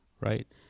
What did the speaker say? Right